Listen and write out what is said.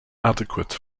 adequate